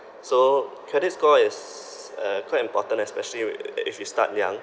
so credit score is uh quite important especially uh if you start young